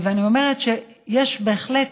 אני אומרת שיש בהחלט,